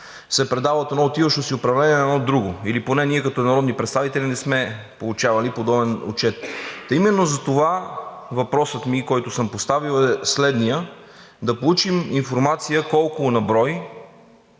се предава от едно отиващо си управление на друго. Или поне ние като народни представители не сме получавали подобен отчет. Именно затова въпросът, който съм поставил, е следният: да получим информация колко на брой